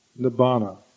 Nibbana